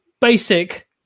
basic